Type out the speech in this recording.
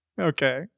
Okay